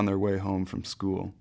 on their way home from school